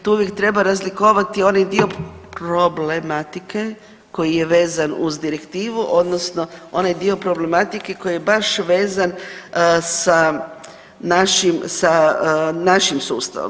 Tu uvijek treba razlikovati onaj dio problematike koji je vezan uz direktivu, odnosno onaj dio problematike koji je baš vezan sa našim, sa našim sustavom.